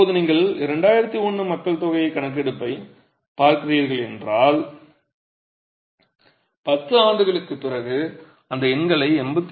இப்போது நீங்கள் 2011 மக்கள்தொகைக் கணக்கெடுப்பைப் பார்க்கிறீர்கள் என்றால் 10 ஆண்டுகளுக்குப் பிறகு அந்த எண்களை 85